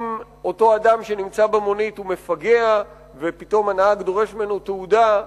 אם אותו אדם שנמצא במונית הוא מפגע ופתאום הנהג דורש ממנו תעודה,